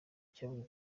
cyabonye